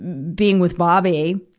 being with bobby,